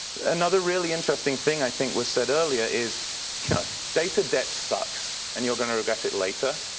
another really interesting thing i think was said earlier is data debt sucks and you're going to regret it later.